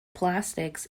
plastics